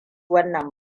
wannan